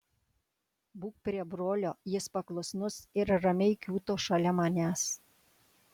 būk prie brolio jis paklusnus ir ramiai kiūto šalia manęs